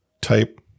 type